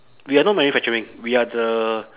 we are not manufacturing we are the